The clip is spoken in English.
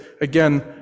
again